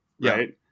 right